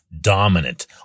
dominant